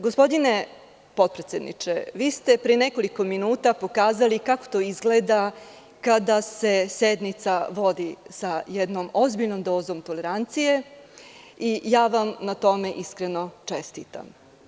Gospodine potpredsedniče, pre nekoliko minuta ste pokazali kako izgleda kada se sednica vodi sa jednom ozbiljnom dozom tolerancije i na tome vam iskreno čestitam.